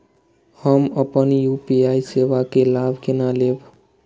हम अपन यू.पी.आई सेवा के लाभ केना लैब?